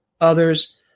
others